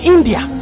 India